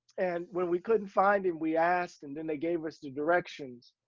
and when we couldn't find him, we asked and then they gave us the directions.